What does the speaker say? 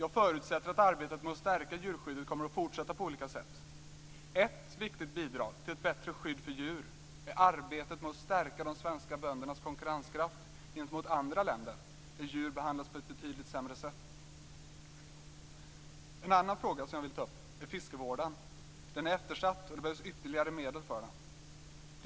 Jag förutsätter att arbetet för att stärka djurskyddet kommer att fortsätta på olika sätt. Ett viktigt bidrag till ett bättre skydd för djur är arbetet för att stärka de svenska böndernas konkurrenskraft gentemot andra länder, där djur behandlas på ett betydligt sämre sätt. Den är eftersatt, och det behövs ytterligare medel för den.